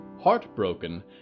heartbroken